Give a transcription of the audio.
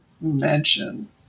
mention